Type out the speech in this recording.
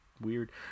weird